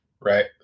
right